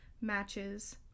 matches